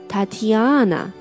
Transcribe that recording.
Tatiana